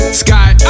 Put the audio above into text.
sky